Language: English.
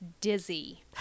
dizzy